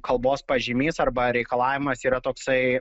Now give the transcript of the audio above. kalbos pažymys arba reikalavimas yra toksai